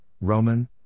Roman